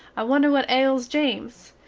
i wonder what ales james?